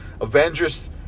Avengers